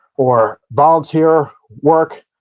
or volunteer work.